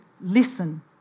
listen